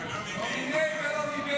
לא מיניה ולא מביה.